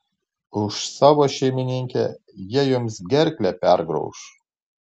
už savo šeimininkę jie jums gerklę pergrauš